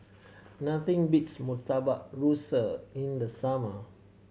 nothing beats Murtabak Rusa in the summer